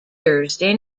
thursday